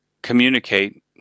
communicate